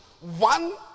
one